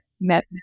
met